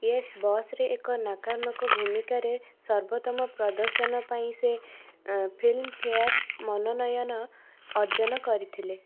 Yes ବସ୍ରେ ଏକ ନକାରାତ୍ମକ ଭୂମିକାରେ ସର୍ବୋତ୍ତମ ପ୍ରଦର୍ଶନ ପାଇଁ ସେ ଫିଲ୍ମଫେୟାର ମନୋନୟନ ଅର୍ଜନ କରିଥିଲେ